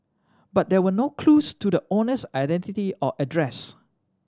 but there were no clues to the owner's identity or address